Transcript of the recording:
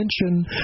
attention